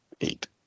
eight